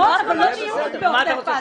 --- מה הבעיה שלך לדאוג לכולם?